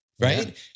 Right